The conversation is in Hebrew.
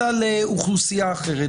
אלא לאוכלוסייה אחרת,